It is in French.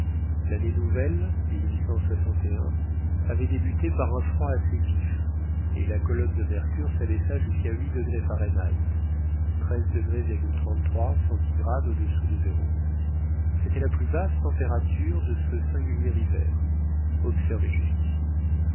l'année nouvelle avait débuté par un froid assez vif et la colonne de mercure s'abaissa jusqu'à huit degrés fahrenheit au-dessous de zéro c'était la plus basse température de ce singulier hiver observée jusqu'ici